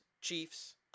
chiefs